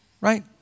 right